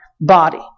body